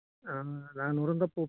ಏನು ಫಂಕ್ಷನ್ ಇದೆಯಾ ಮನೆಯಲ್ಲಿ